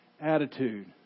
attitude